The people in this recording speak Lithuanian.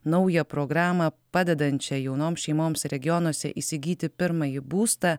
naują programą padedančią jaunoms šeimoms regionuose įsigyti pirmąjį būstą